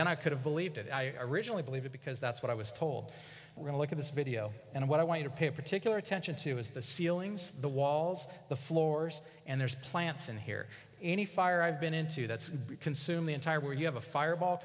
then i could have believed it i originally believe it because that's what i was told like in this video and what i want to pay particular attention to is the ceilings the walls the floors and there's plants in here any fire i've been into that's consumed the entire where you have a fireball